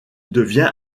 devient